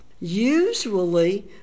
Usually